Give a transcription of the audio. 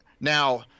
now